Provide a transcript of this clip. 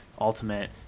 ultimate